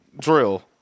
drill